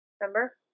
Remember